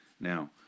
Now